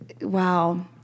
Wow